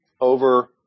over